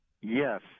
Yes